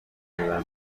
زور